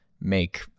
make